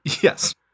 Yes